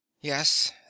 yes